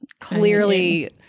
clearly